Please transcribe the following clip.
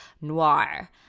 noir